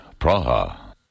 Praha